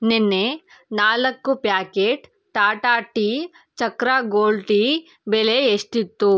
ನೆನ್ನೆ ನಾಲ್ಕು packet Tata tea Chakra gold tea ಬೆಲೆ ಎಷ್ಟಿತ್ತು